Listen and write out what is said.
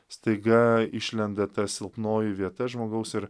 staiga išlenda ta silpnoji vieta žmogaus ir